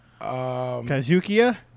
Kazukiya